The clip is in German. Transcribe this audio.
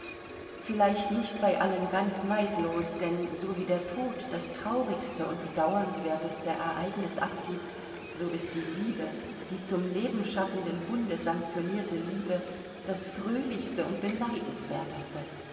vielleicht nicht bei allen ganz neidlos denn so wie der tod das traurigste und bedauernswerteste ereignis abgibt so ist die liebe die zum lebenschaffenden bunde sanktionierte liebe das fröhlichste und beneidenswerteste